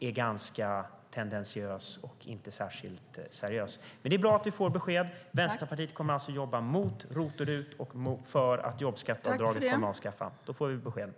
är ganska tendentiös och inte särskilt seriös. Det är bra att vi får besked. Vänsterpartiet kommer att jobba mot ROT och RUT och för att jobbskatteavdraget ska avskaffas.